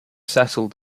settled